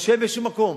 מה שאין בשום מקום,